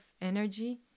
energy